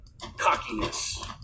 cockiness